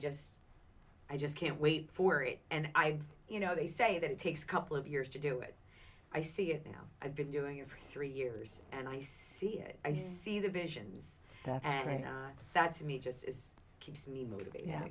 just i just can't wait for it and i you know they say that it takes a couple of years to do it i see it now i've been doing it for three years and i see it i see the visions and that to me just keeps me mov